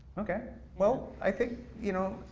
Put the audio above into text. okay, well i think you know,